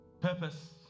Purpose